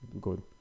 good